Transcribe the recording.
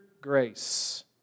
grace